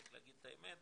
צריך להגיד את האמת,